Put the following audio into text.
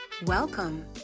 Welcome